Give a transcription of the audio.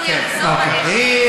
אם הוא יחזור, אני אשמע.